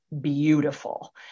beautiful